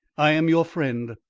i am your friend,